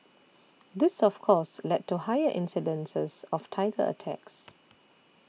this of course led to higher incidences of tiger attacks